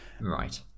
Right